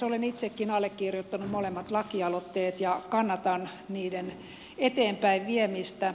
olen itsekin allekirjoittanut molemmat lakialoitteet ja kannatan niiden eteenpäin viemistä